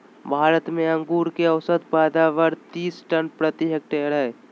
भारत में अंगूर के औसत पैदावार तीस टन प्रति हेक्टेयर हइ